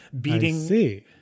beating